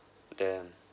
damn